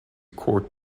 court